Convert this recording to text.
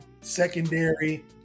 secondary